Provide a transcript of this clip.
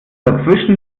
dazwischen